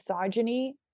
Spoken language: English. misogyny